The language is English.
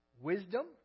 wisdom